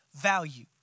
value